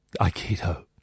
aikido